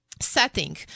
Setting